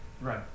Right